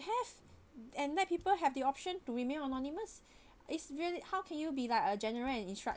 have and let people have the option to remain anonymous it's really how can you be like a general and instruct